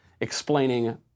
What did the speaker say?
explaining